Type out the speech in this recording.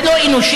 זה לא אנושי.